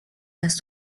las